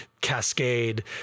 cascade